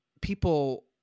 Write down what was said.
people